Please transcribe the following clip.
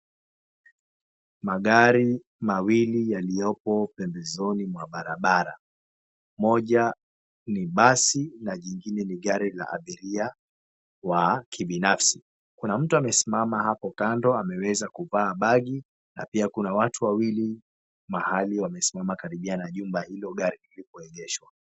Magari mawili yaliyopo pembezoni mwa barabara. Moja ni basi na nyingine ni gari la abiria wa kibinafsi. Kuna mtu amesimama hapo kando ameweza kuvaa bagi na pia kuna watu wawili mahali wamesimama karibia na jumba hilo gari lilipoegeshwa.